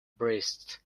breast